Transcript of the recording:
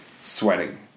sweating